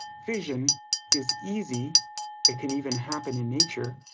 fission is easy it can even happen in nature.